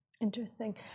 Interesting